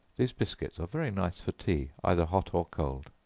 these biscuits are very nice for tea, either hot or cold.